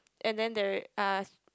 and then there are